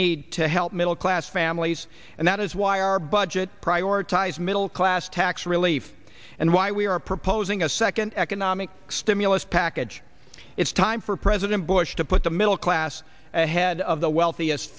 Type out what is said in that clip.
need to help middle class families and that is why our budget prioritize middle class tax relief and why we are proposing a second economic stimulus package it's time for president bush to put the middle class ahead of the wealthiest